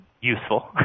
useful